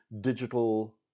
digital